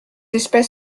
espèce